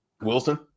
Wilson